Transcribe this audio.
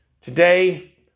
Today